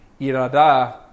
Irada